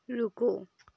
रुको